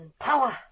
Power